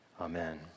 amen